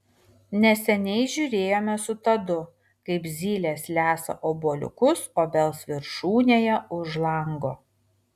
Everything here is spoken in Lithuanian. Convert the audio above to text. neseniai žiūrėjome su tadu kaip zylės lesa obuoliukus obels viršūnėje už lango